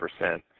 percent